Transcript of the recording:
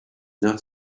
not